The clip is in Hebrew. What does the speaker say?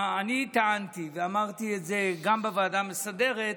אני טענתי, ואמרתי את זה גם בוועדה המסדרת,